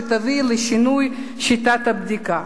שתביא לשינוי שיטת הבדיקה.